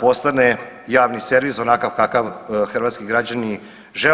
postane javni servis onakav kakav hrvatski građani žele.